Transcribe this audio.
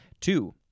two